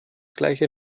gleiche